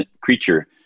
creature